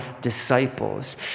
disciples